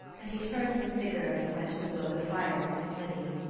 and he turned from sigurd and went to blow the fire of his smithy.